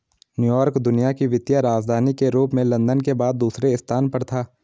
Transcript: New York दुनिया की वित्तीय राजधानी के रूप में लंदन के बाद दूसरे स्थान पर था